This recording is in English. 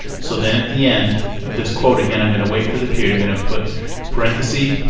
so then at the end of this quote again i'm going to wait for the period. i'm gonna put parentheses,